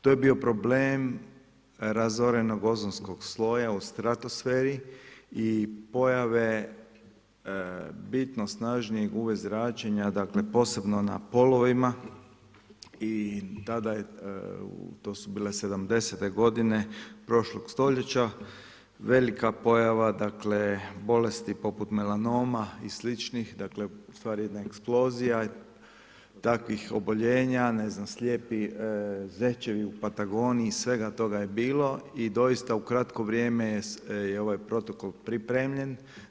To je bio problem razorenog ozonskog sloja u stratosferi i pojave bitno snažnijeg UV zračenja posebno na polovima i tada je, to su bile 70-te godine prošlog stoljeća, velika pojava poput melanoma i sličnih, ustvari jedna eksplozija takvih oboljenja, ne znam slijepi zečevi u Patagoniji i svega toga je bilo i doista u kratko vrijeme je ovaj Protokol pripremljen.